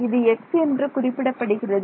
இது x என்று து குறிப்பிடப்படுகிறது